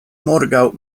morgaŭ